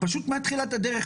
פשוט מתחילת הדרך,